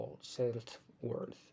self-worth